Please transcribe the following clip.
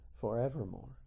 forevermore